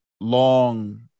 long